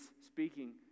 speaking